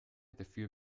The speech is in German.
dafür